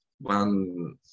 one